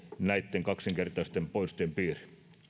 näiden kaksinkertaisten poistojen piiriin